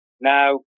Now